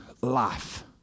life